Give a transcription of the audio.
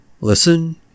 Listen